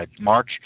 March